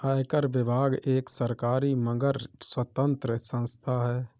आयकर विभाग एक सरकारी मगर स्वतंत्र संस्था है